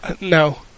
no